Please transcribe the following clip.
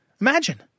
Imagine